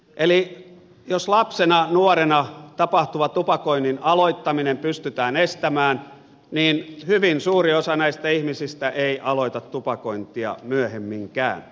eli jos lapsena nuorena tapahtuva tupakoinnin aloittaminen pystytään estämään niin hyvin suuri osa näistä ihmisistä ei aloita tupakointia myöhemminkään